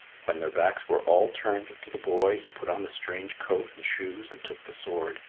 when their backs were all turned to the boy, he put on the strange coat and shoes and took the sword.